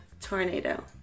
Tornado